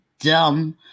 dumb